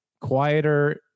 quieter